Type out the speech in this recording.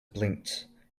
blinked